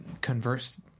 Converse